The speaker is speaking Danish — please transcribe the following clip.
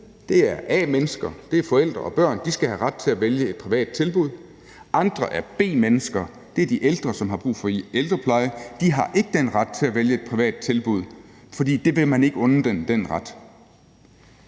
er A-mennesker – det er forældre og børn; de skal have ret til at vælge et privat tilbud – mens andre er B-mennesker, og det er de ældre, som skal vælge ældrepleje. De har ikke den ret til at vælge et privat tilbud, for den ret vil man ikke unde dem.